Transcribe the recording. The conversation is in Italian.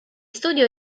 studi